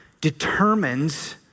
determines